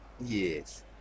Yes